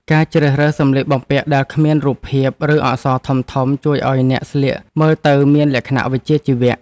ការជ្រើសរើសសម្លៀកបំពាក់ដែលគ្មានរូបភាព ឬអក្សរធំៗជួយឱ្យអ្នកស្លៀកមើលទៅមានលក្ខណៈវិជ្ជាជីវៈ។